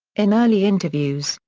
in early interviews,